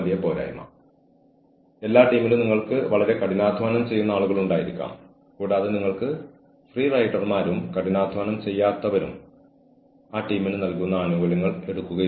തുടർന്ന് human resource വ്യക്തിയെന്ന നിലയിൽ നിങ്ങളുടെ ശേഷിയിൽ എന്ത് നടപടികളാണ് സ്വീകരിക്കേണ്ടതെന്ന് ഒരു തീരുമാനം എടുക്കുക